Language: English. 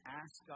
ask